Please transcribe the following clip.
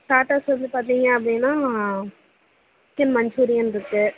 starters வந்து பார்த்தீங்க அப்படின்னா சிக்கன் மஞ்சூரியன் இருக்குது